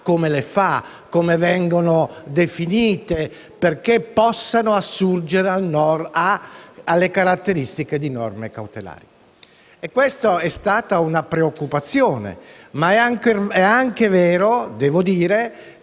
modo e come venissero definite perché possano assurgere alle caratteristiche di norme cautelari. Questa è stata una preoccupazione, ma è anche vero, devo dire,